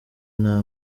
nta